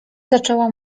zaczęła